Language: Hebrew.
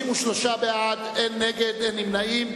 33 בעד, אין נגד, אין נמנעים.